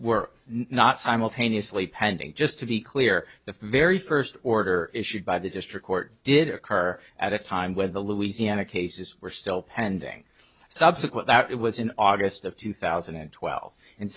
were not simultaneously pending just to be clear the very first order issued by the district court did occur at a time when the louisiana cases were still pending subsequent that it was in august of two thousand and twelve and